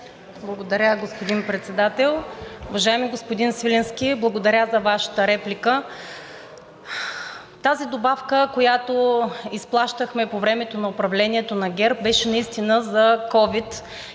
Благодаря, господин Председател. Уважаеми господин Свиленски, благодаря за Вашата реплика. Тази добавка, която изплащахме по времето на управлението на ГЕРБ, беше наистина за ковид